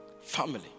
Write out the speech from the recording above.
Family